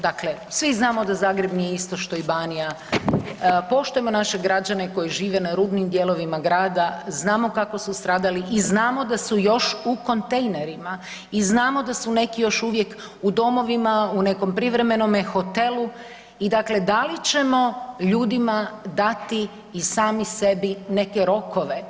Dakle, svi znamo da Zagreb nije isto što i Banija, poštujemo naše građane koji žive na rubnim dijelovima grada, znamo kako su stradali i znamo da su još u kontejnerima i znamo da su neki još uvijek u domovima, u nekom privremenome hotelu i dakle da li ćemo ljudima dati i sami sebi neke rokove?